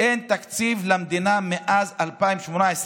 אין תקציב למדינה מאז 2018,